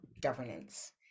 governance